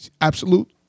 Absolute